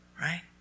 right